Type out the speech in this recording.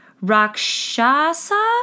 Rakshasa